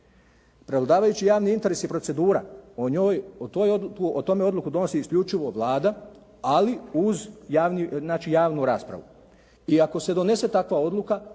Prevladavajući javni interes je procedura. O njoj, o tome odluku donosi isključivo Vlada ali uz znači javnu raspravu. I ako se donese takva odluka